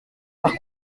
par